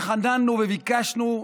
התחננו וביקשנו,